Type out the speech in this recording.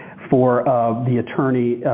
for the attorney,